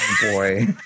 Boy